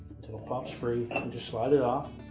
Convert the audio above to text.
pops free, and just slide it off.